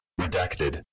Redacted